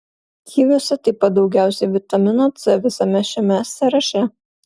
kiviuose taip pat daugiausiai vitamino c visame šiame sąraše